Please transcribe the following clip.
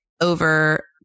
over